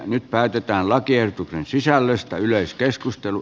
nyt päätetään lakiehdotuksen sisällöstä yleiskeskustelu